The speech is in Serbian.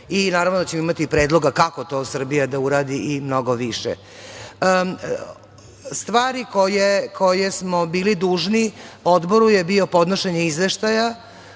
i naravno da ćemo imati predloga kako to Srbija da uradi i mnogo više. Stvari koje smo bili dužni odboru je bio podnošenje Izveštaja